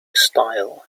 style